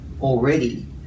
already